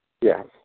Yes